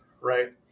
right